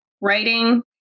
writing